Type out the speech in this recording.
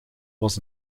was